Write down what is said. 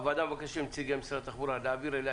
הוועדה מבקשת מנציגי משרד התחבורה להעביר אליה